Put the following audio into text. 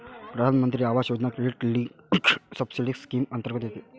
प्रधानमंत्री Awas Yojana credit linked subsidy scheme अंतर्गत येते